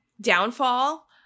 downfall